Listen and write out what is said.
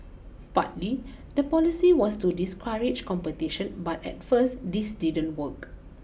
partly the policy was to discourage competition but at first this didn't work